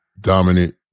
dominant